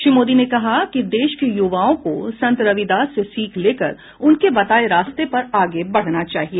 श्री मोदी ने कहा कि देश के युवाओं को संत रविदास से सीख लेकर उनके बताये रास्ते पर आगे बढ़ना चाहिए